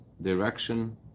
direction